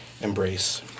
embrace